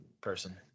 person